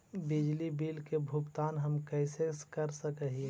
बिजली बिल के भुगतान हम कैसे कर सक हिय?